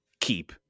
keep